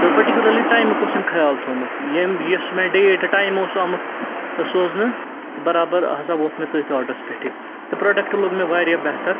تہٕ پٔٹِکیوٗلَرلی ٹایمُک اوس أمۍ خیال تھوٚمُت ییٚمۍ یُس مےٚ ڈیٹ ٹایم اوس آمُت سوزنہٕ تہٕ بَرابر ہسا ووت مےٚ تٔتھۍ آڈرَس پٮ۪ٹھ یہِ تہٕ پرٛوڈَکٹ لوٚگ مےٚ واریاہ بہتر